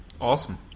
awesome